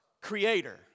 creator